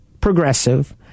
Progressive